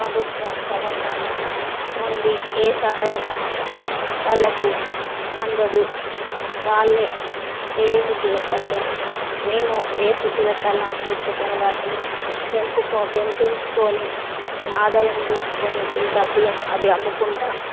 ప్రభుత్వ పథకాల నుండి ఏ సహాయం వాళ్ళకు అందదు వాళ్ళే ఏ ఫుడ్డు పెట్టట్లేం మేము ఏ ఫుడ్డు పెట్టాలనో పెట్టుకొని వాటిని పెంపుకొ పెంచుకొని ఆదాయం తీసుకొని ఈ డబ్బులు అవి అమ్ముకుంటూ